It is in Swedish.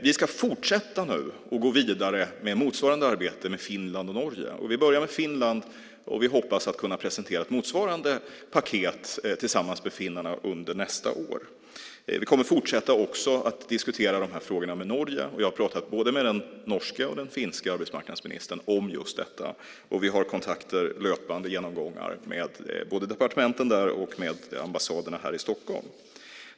Vi ska nu fortsätta och gå vidare med motsvarande arbete med Finland och Norge. Vi börjar med Finland, och vi hoppas kunna presentera ett motsvarande paket tillsammans med finnarna under nästa år. Vi kommer också att fortsätta att diskutera de här frågorna med Norge. Jag har pratat med både den norske och den finske arbetsmarknadsministern om just detta, och vi har kontakter, löpande genomgångar med både departementen där och ambassaderna här i Stockholm.